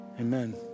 amen